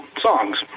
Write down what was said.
songs